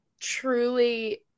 truly